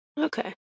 Okay